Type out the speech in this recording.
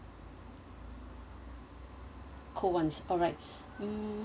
cold [one] alright mm